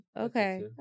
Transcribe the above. Okay